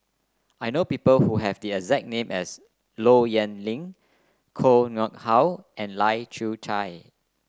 I know people who have the exact name as Low Yen Ling Koh Nguang How and Lai Kew Chai